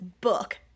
book